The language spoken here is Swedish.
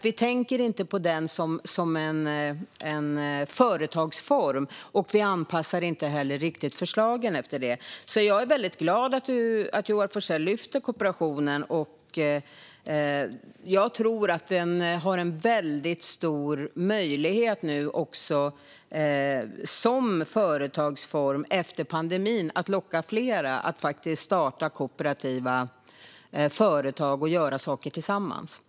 Vi tänker inte på kooperationen som en företagsform, och vi anpassar inte heller riktigt förslagen efter den. Jag är därför glad att Joar Forssell lyfter kooperationen. Jag tror att den har en väldigt stor möjlighet som företagsform nu efter pandemin att locka fler att starta kooperativa företag och göra saker tillsammans.